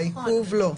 לעיכוב לא,